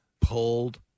Pulled